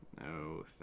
No